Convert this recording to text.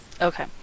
Okay